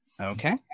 Okay